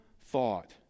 thought